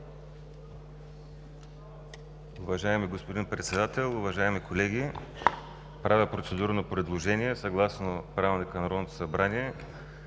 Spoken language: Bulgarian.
Уважаеми господин Председател, уважаеми колеги! Правя процедурно предложение, съгласно Правилника за организацията